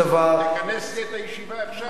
תכנס את הישיבה עכשיו,